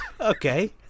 okay